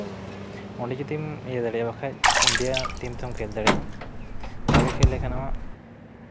ᱚᱸᱰᱮ ᱡᱩᱫᱤᱢ ᱤᱭᱟᱹ ᱫᱟᱲᱮᱭᱟᱜᱼᱟ ᱵᱟᱠᱷᱟᱡ ᱤᱱᱰᱤᱭᱟ ᱴᱤᱢ ᱛᱮᱦᱚᱸᱢ ᱠᱷᱮᱞ ᱫᱟᱲᱮᱭᱟᱜᱼᱟ ᱵᱷᱟᱜᱮ ᱠᱷᱮᱞ ᱞᱮᱠᱷᱟᱱ ᱦᱚᱸ